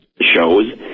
shows